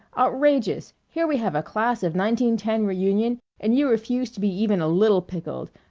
outrageous! here we have a class of nineteen ten reunion, and you refuse to be even a little pickled.